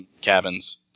cabins